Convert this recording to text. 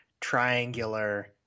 triangular